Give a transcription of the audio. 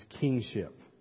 kingship